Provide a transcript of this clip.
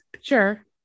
Sure